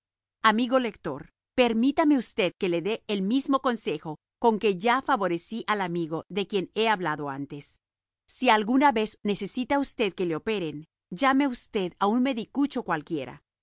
amigo lector permítame usted que le dé el mismo consejo con que ya favorecí al amigo de quien he hablado antes si alguna vez necesita usted que le operen llame usted a un medicucho cualquiera